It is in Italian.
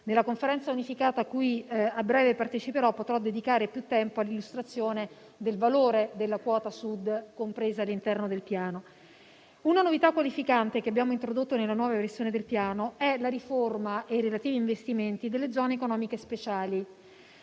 Nella Conferenza unificata, cui a breve parteciperò, potrò dedicare più tempo all'illustrazione del valore della quota Sud compresa all'interno del Piano. Una novità qualificante che abbiamo introdotto nella nuova versione del piano è la riforma e i relativi investimenti delle zone economiche speciali.